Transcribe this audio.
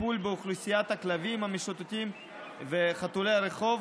טיפול באוכלוסיית הכלבים המשוטטים וחתולי רחוב.